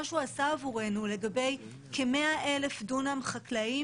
שהוא עשה עבורנו לגבי כ-100,000 דונם חקלאיים